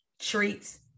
treats